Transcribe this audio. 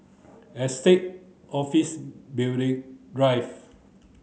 Estate Office Building Drive